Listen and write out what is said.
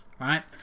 right